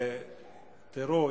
תראו,